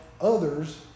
others